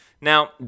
Now